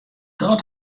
dat